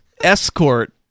escort